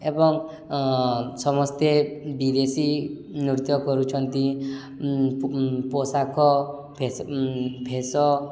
ଏବଂ ସମସ୍ତେ ବିଦେଶୀ ନୃତ୍ୟ କରୁଛନ୍ତି ପୋଷାକ ଭେଶ